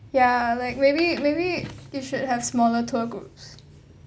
ya like maybe maybe you should have smaller tour groups